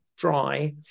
dry